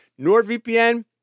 NordVPN